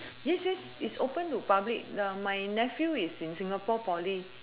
yes yes is open to public my nephew is in singapore poly